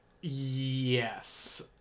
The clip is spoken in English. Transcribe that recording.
Yes